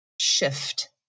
shift